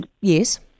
Yes